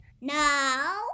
No